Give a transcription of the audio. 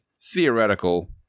theoretical